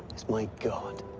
is my god.